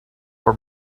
for